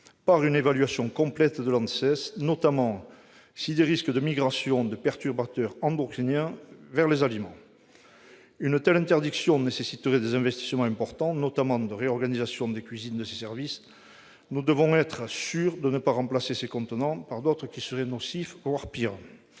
par une évaluation complète de l'ANSES. Il s'agit d'évaluer s'il existe des risques de migration de perturbateurs endocriniens vers les aliments. J'ajoute qu'une telle interdiction nécessiterait des investissements importants, notamment une réorganisation des cuisines de ces services. Enfin, nous devons être sûrs de ne pas remplacer ces contenants par d'autres qui seraient nocifs, voire pis